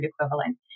equivalent